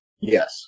Yes